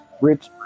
rich